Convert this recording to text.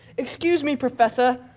excuse me, professor.